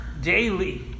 daily